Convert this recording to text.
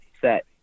set